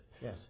Yes